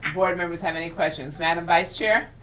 board members have any questions, madam vice chair?